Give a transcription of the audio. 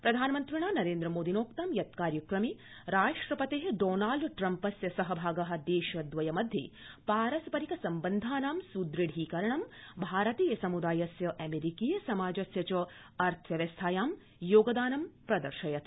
प्रधानमन्त्रिणा नरेन्द्रमोदिनोक्तं यत् कार्यक्रमे राष्ट्रपते डॉनाल्ड ट्रम्पस्य देशदवयमध्ये पारस्परिक सम्बन्धानां स्दृढीकरणं भारतीय सहभाग समुदायस्य अमेरिकीय समाजस्य च अर्थव्यवस्थायां योगदानं प्रदर्शयति